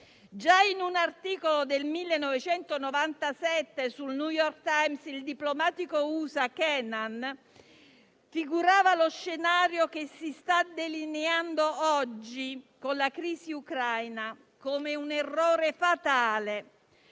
Già in un articolo del 1997 sul «The New York Times», il diplomatico USA Kennan prefigurava lo scenario che si sta delineando oggi, con la crisi ucraina, come un errore fatale: